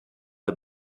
der